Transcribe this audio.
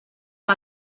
amb